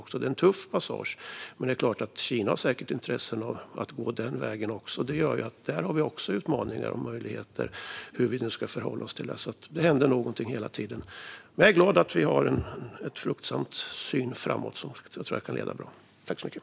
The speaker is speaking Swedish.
Det är en tuff passage, men Kina har säkert intressen av att gå den vägen också. Det gör att vi har utmaningar och möjligheter även där när det gäller hur vi ska förhålla oss. Det händer någonting hela tiden. Men jag är glad att vi har en fruktsam syn framåt, som jag tror kan leda till någonting bra.